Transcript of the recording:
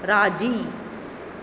राजी